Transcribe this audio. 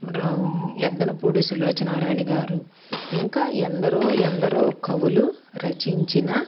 యద్దనపూడి సులోచనారాణి గారు ఇంకా ఎందరో ఎందరో కవులు రచించిన